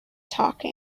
talking